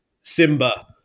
Simba